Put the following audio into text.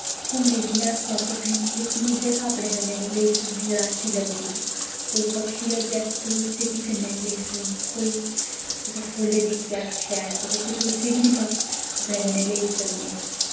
घूमने गी जन्ने अस बापस आई जन्ने लेकिन ओह् जगह् अपने कन्नै निं लेई सकने अगर अच्छी लगदी तां कोई पक्षी लब्भेआ तुस उसी बी कन्नै निं लेई सकने कोई तुसें फुल्ल दिक्खेआ शऐल अगर तुस उसी बी निं अपने कन्नै लेआई सकने